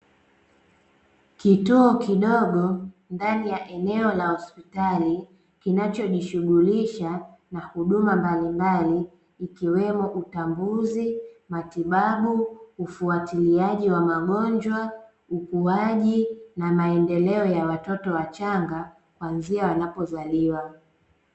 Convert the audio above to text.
Kituo kidogo ndani ya eneo la hospitali kinacho jishughulisha na huduma mbalimbali ikiwemo utambuzi, matibabu, ufuatiliaji wa magonjwa, ukuwaji na maendeleo ya watoto wachanga kuanzia wanapo zaliwa.